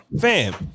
Fam